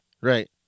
Right